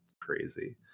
crazy